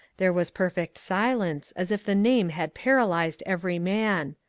there was perfect silence, as if the name had paralyzed every man.